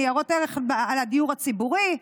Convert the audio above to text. ניירות ערך על הדיור הציבורי.